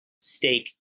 steak